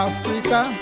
Africa